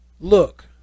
Look